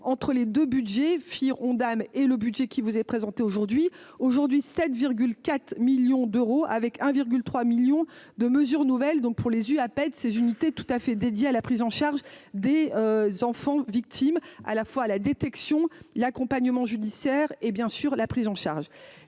entre les 2 Budgets firent Ondam et le budget qui vous est présenté aujourd'hui aujourd'hui 7 4 millions d'euros avec un virgule 3 millions de mesures nouvelles, donc, pour les Hug pète ces unités tout à fait, dédié à la prise en charge des enfants victimes à la fois à la détection, l'accompagnement judiciaire et, bien sûr, la prise en charge